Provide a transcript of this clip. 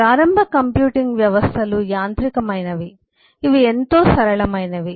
ప్రారంభ కంప్యూటింగ్ వ్యవస్థలు యాంత్రికమైనవి ఇవి ఎంతో సరళమైనవి